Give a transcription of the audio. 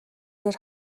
дээр